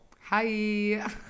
Hi